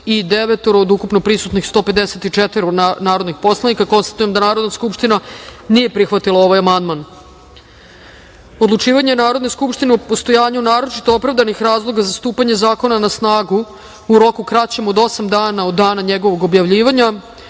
153 od ukupno prisutna 153 narodna poslanika. Konstatujem da Narodna skupština nije prihvatila ovaj amandman. Odlučivanje Narodne skupštine o postojanju naročito opravdanih razloga za stupanje zakona na snagu u roku kraćem od osam dana od dana njegovog objavljivanja. Stavljam